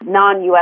non-U.S